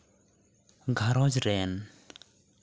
ᱜᱷᱟᱨᱚᱸᱡᱽ ᱨᱮᱱ